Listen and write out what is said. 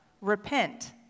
Repent